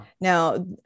Now